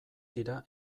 dira